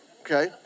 okay